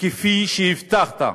כפי שהבטחת.